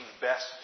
best